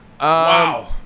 Wow